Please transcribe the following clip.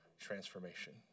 transformation